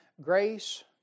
grace